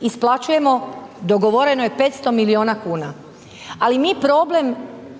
isplaćujemo, dogovoreno je 500 milijuna kuna, ali mi problem,